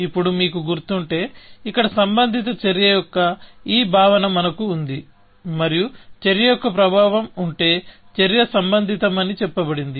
ఇప్పుడు మీకు గుర్తుంటే ఇక్కడ సంబంధిత చర్య యొక్క ఈ భావన మనకు ఉంది మరియు చర్య యొక్క ప్రభావం ఉంటే చర్య సంబంధితమని చెప్పబడింది